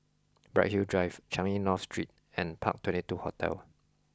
Bright Hill Drive Changi North Street and Park twenty two Hotel